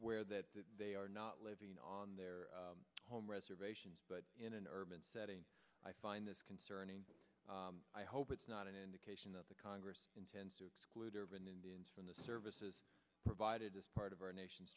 where that they are not living on their home reservations but in an urban setting i find this concerning i hope it's not an indication that the congress intends to exclude urban indians from the services provided as part of our nation's